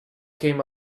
came